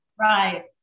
Right